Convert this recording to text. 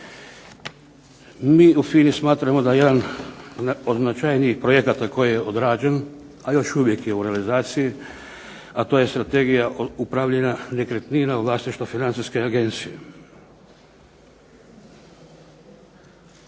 Mi u FINA-i smatramo da jedan od značajnijih projekata koji je odrađen, a još uvijek je u realizaciji, a to je strategiji od upravljanja nekretnina vlasništva Financijske agencije.